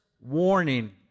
warning